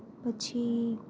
પછી